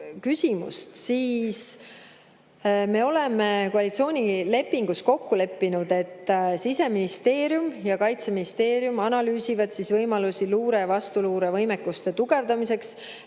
siis me oleme koalitsioonilepingus kokku leppinud, et Siseministeerium ja Kaitseministeerium analüüsivad võimalusi luure- ja vastuluurevõimekuse tugevdamiseks,